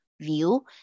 view